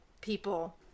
people